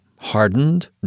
hardened